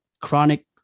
chronic